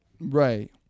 Right